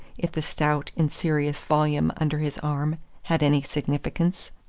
if the stout and serious volume under his arm had any significance.